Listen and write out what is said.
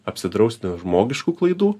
apsidrausti nuo žmogiškų klaidų